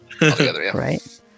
Right